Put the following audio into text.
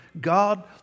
God